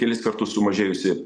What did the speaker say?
kelis kartus sumažėjusį